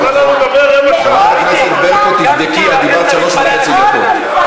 חברת הכנסת ברקו, תבדקי, את דיברת שלוש דקות וחצי.